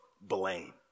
blame